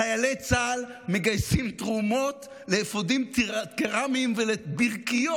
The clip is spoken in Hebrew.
חיילי צה"ל מגייסים תרומות לאפודים קרמיים ולברכיות.